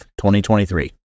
2023